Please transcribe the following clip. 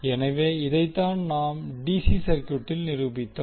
எனவே இதைத்தான் நாம் டிசி சர்கியூட்டில் நிரூபித்தோம்